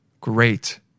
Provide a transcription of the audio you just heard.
great